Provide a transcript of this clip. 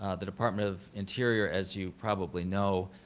ah the department of interior, as you probably know,